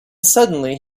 suddenly